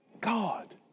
God